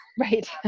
Right